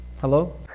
Hello